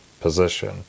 position